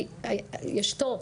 כי יש תור.